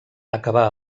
acabà